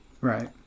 right